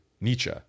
Nietzsche